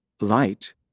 light